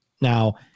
Now